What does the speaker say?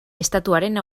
estatuaren